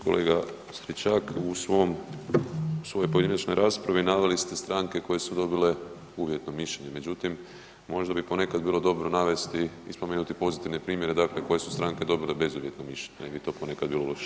Kolega Stričak, u svojoj pojedinačnoj raspravi naveli ste stranke koje su dobile uvjetno mišljenje međutim možda bi ponekad bilo dobro navesti i spomenuti pozitivne primjere dakle koje su stranke dobile bezuvjetno mišljenje, ne bi ni to ponekad bilo loše.